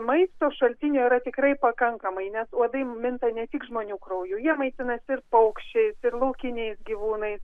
maisto šaltinių yra tikrai pakankamai nes uodai minta ne tik žmonių krauju jie maitinasi ir paukščiais ir laukiniais gyvūnais